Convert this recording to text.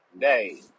day